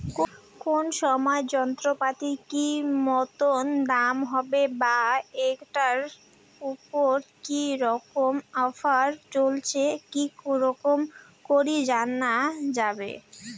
কোন সময় যন্ত্রপাতির কি মতন দাম হবে বা ঐটার উপর কি রকম অফার চলছে কি রকম করি জানা যাবে?